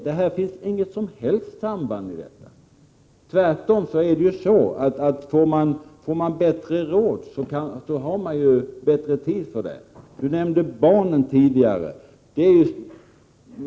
Det finns inte något som helst samband. Tvärtom, får man bättre råd har man ju bättre tid. Tidigare nämnde Birger Schlaug barnen.